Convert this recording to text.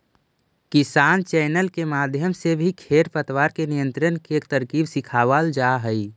किसान चैनल के माध्यम से भी खेर पतवार के नियंत्रण के तरकीब सिखावाल जा हई